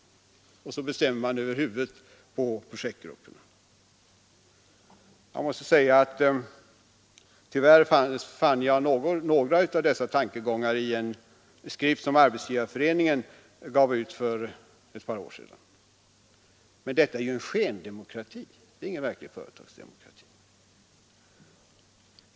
Och så bestämmer man över huvudet på projektgruppen. Jag måste säga att jag tyvärr fann några av dessa tankegångar i en skrift som Svenska arbetsgivareföreningen gav ut för ett par år sedan. Men detta är ju skendemokrati, det är ingen verklig företagsdemokrati.